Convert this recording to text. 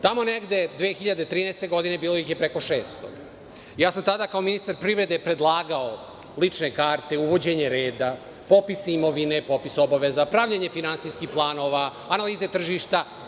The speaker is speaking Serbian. Tamo negde 2013. godine bilo ih je preko 600, ja sam tada kao ministar privrede predlagao lične karte, uvođenje reda, popis imovine, popis obaveza, pravljenje finansijskih planova, analize tržišta.